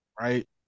right